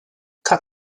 cut